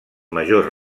majors